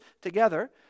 together